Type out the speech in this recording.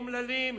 אומללים,